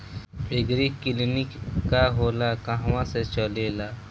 एगरी clinic का होला कहवा से चलेँला?